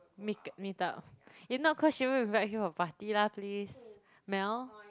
meet meet up if not close she won't invite you to her party lah please Mel